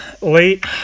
late